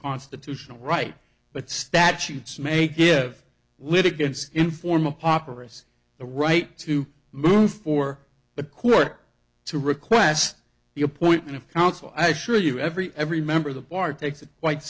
constitutional right but statutes may give litigants informal operates the right to move for the court to request the appointment of counsel i assure you every every member of the bar takes it quite